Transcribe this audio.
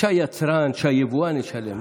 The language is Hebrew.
שהיצרן, שהיבואן ישלם.